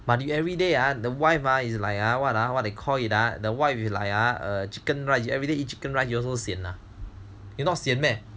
but you everyday ah the wife ah is like what they call it ah the wife is like ah chicken rice you everyday eat chicken rice you also sian ah if not sian meh